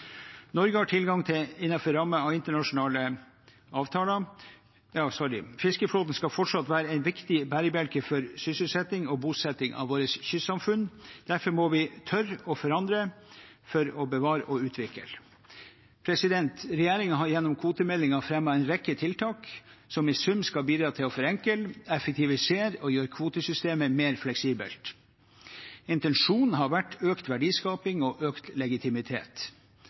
internasjonale regler og avtaler. Fiskeflåten skal fortsatt være en viktig bærebjelke for sysselsetting og bosetting i våre kystsamfunn. Derfor må vi tørre å forandre for å bevare og utvikle. Regjeringen har gjennom kvotemeldingen fremmet en rekke tiltak som i sum skal bidra til å forenkle, effektivisere og gjøre kvotesystemet mer fleksibelt. Intensjonen har vært økt verdiskaping og økt legitimitet.